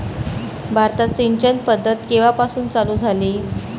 भारतात सिंचन पद्धत केवापासून चालू झाली?